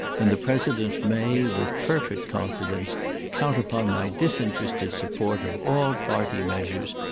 and the president may with perfect confidence count upon my disinterested support of all party measures,